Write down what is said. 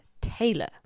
Taylor